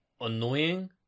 annoying